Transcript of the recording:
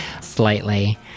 slightly